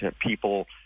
people